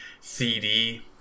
CD